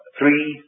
three